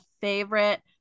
favorite